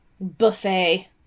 buffet